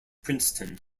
princeton